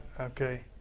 okay,